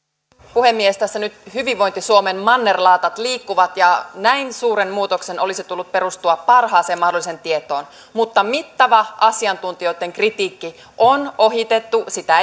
puhemies tässä nyt hyvinvointi suomen mannerlaatat liikkuvat ja näin suuren muutoksen olisi tullut perustua parhaaseen mahdolliseen tietoon mutta mittava asiantuntijoitten kritiikki on ohitettu sitä